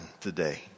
today